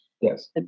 yes